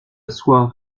soir